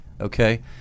okay